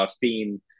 theme